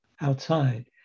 outside